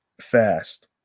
fast